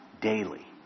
daily